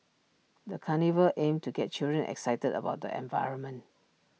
the carnival aimed to get children excited about the environment